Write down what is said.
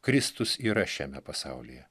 kristus yra šiame pasaulyje